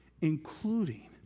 including